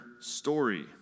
story